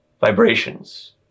vibrations